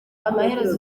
amaherezo